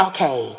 Okay